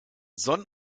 sonn